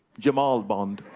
jamal bond.